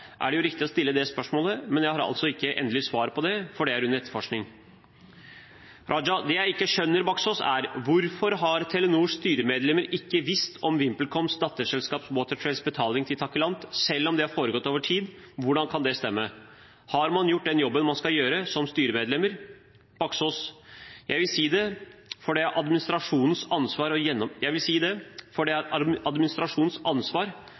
er det jo riktig å stille det spørsmålet, men jeg har altså ikke endelig svar på det, for det er under etterforskning. Abid Q. Raja Det jeg ikke skjønner, Baksaas, er: Hvorfor har Telenors styremedlemmer ikke visst om VimpelComs datterselskap Watertrails betaling til Takilant, selv om det har foregått over tid? Hvordan kan det stemme? Har man da gjort den jobben man skal gjøre son styremedlemmer? Jon Fredrik Baksaas: Jeg vil si det, for det er administrasjonens ansvar å gjennomføre en investeringsbeslutning som er tatt på styrenivå.» Dette er